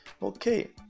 Okay